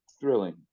thrilling